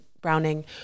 Browning